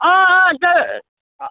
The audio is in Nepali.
अँ अँ हजुर